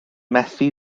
methu